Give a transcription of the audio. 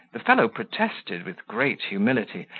the fellow protested, with great humility,